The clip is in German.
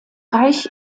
reich